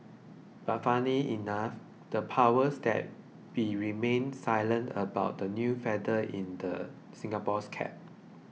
but funnily enough the powers that be remained silent about the new feather in Singapore's cap